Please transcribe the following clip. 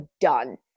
done